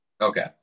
okay